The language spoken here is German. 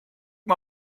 mal